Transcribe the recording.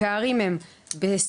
הפערים הם בסיעוד,